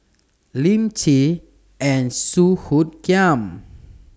Lim Chee and Song Hoot Kiam